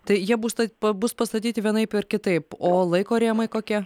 tai jie bus ta pa bus pastatyti vienaip ar kitaip o laiko rėmai kokie